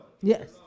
Yes